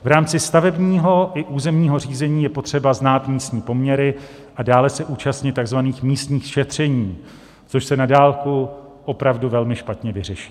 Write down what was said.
V rámci stavebního i územního řízení je potřeba znát místní poměry a dále se účastnit takzvaných místních šetření, což se na dálku opravdu velmi špatně vyřeší.